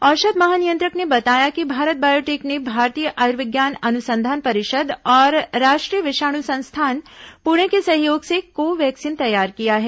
औषध महानियंत्रक ने बताया कि भारत बायोटेक ने भारतीय आयुर्विज्ञान अनुसंधान परिषद और राष्ट्रीय विषाणु संस्थान पुणे के सहयोग से को वैक्सीन तैयार किया है